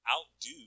Outdo